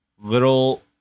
little